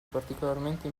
particolarmente